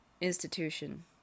institution